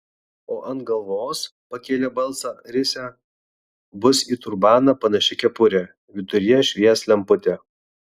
o ant galvos pakėlė balsą risia bus į turbaną panaši kepurė viduryje švies lemputė